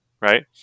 right